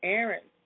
Aaron